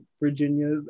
Virginia